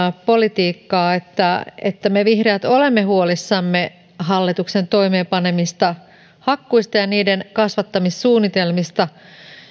politiikkaa että että me vihreät olemme huolissamme hallituksen toimeenpanemista hakkuista ja niiden kasvattamissuunnitelmista